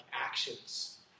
actions